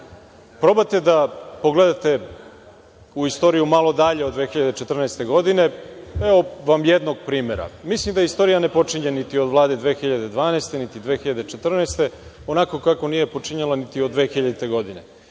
probate da pogledate u istoriju malo dalje od 2014. godine. Evo vam jednog primera. Mislim da istorija ne počinje od Vlade 2012. godine, niti od 2014. godine, onako kako nije počinjala ni od 2000. godine. Mislim